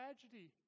tragedy